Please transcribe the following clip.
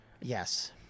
Yes